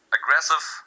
Aggressive